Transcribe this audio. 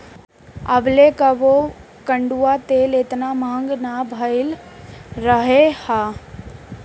अबले कबो कड़ुआ तेल एतना महंग ना भईल रहल हअ